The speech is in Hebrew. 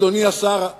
אדוני השר.